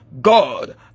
God